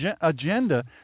agenda